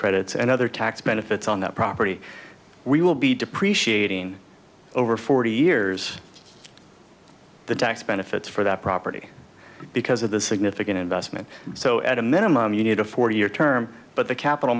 credits and other tax benefits on that property we will be depreciating over forty years the tax benefits for that property because of the significant investment so at a minimum you need a four year term but the capital